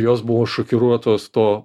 jos buvo šokiruotos to